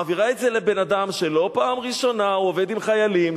מעבירה את זה לבן-אדם שלא פעם ראשונה הוא עובד עם חיילים,